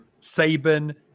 Saban